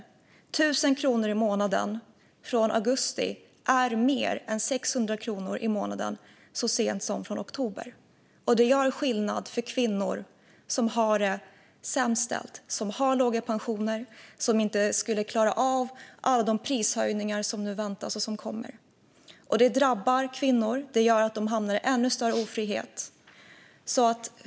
1 000 kronor i månaden från augusti är mer än 600 kronor i månaden från så sent som oktober. Det gör skillnad för de kvinnor som har det sämst ställt, som har låga pensioner och som inte klarar av de prishöjningar som nu väntas komma. Det drabbar kvinnor och gör att de hamnar i ännu större ofrihet.